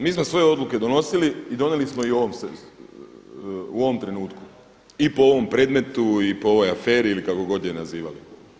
Mi smo svoje odluke donosili i donijeli smo ih u ovom trenutku i po ovom predmetu i po ovoj aferi ili kako god je nazivali.